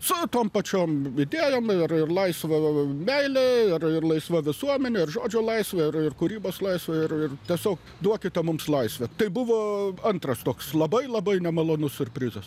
su tom pačiom idėjom ir ir laisva meilė ir laisva visuomenė ir žodžio laisvė ir kūrybos laisvė ir tiesiog duokite mums laisvę tai buvo antras toks labai labai nemalonus siurprizas